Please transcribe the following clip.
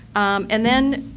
and then,